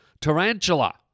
tarantula